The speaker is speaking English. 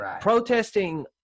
protesting